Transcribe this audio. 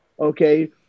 okay